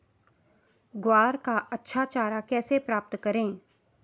ग्वार का अच्छा चारा कैसे प्राप्त करें?